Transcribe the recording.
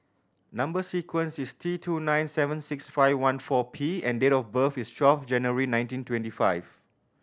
number sequence is T two nine seven six five one four P and date of birth is twelve January nineteen twenty five